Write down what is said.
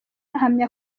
ahamya